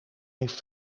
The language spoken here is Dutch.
heeft